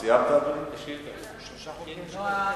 סיימת, אדוני?